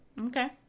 Okay